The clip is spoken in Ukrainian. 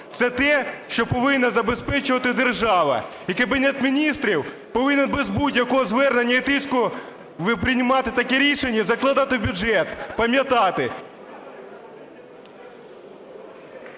Це те, що повинна забезпечувати держава. І Кабінет Міністрів повинен без будь-якого звернення і тиску приймати таке рішення і закладати в бюджет, пам'ятати…